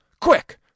quick